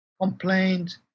complained